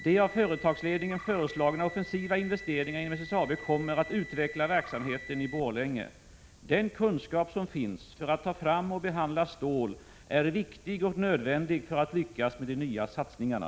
De av företagsledningen föreslagna offensiva investeringarna inom SSAB kommer att utveckla verksamheten i Borlänge. Den kunskap som finns för att ta fram och behandla stål är viktig och nödvändig för att lyckas med de nya satsningarna.